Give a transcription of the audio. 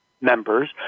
members